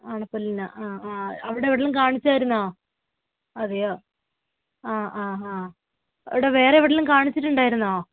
അണപ്പല്ലിനാണ് ആ ആ അവിടെ എവിടെയെങ്കിലും കാണിച്ചായിരുന്നുവോ അതെയോ ആ ആ ഹാ അവിടെ വേറെയെവിടെയെങ്കിലും കാണിച്ചിട്ടുണ്ടായിരുന്നുവോ